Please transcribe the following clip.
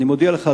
אני מודיע לך,